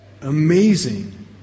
amazing